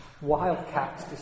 Wildcats